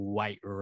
White